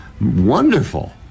Wonderful